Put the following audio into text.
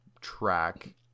track